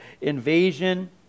invasion